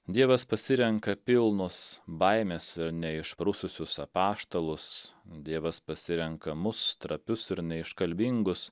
dievas pasirenka pilnus baimės ir neišprususius apaštalus dievas pasirenka mus trapius ir neiškalbingus